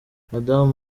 madamu